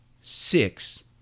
six